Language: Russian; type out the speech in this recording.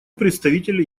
представителя